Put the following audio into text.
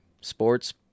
Sports